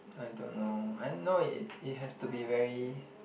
I don't know I know it it has to be very